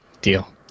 Deal